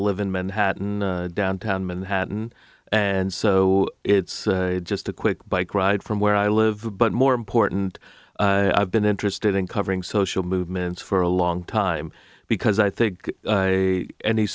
live in manhattan downtown manhattan and so it's just a quick bike ride from where i live but more important i've been interested in covering social movements for a long time because i think a any